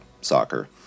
soccer